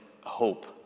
hope